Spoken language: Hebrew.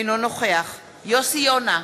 אינו נוכח יוסי יונה,